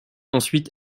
ensuite